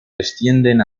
descienden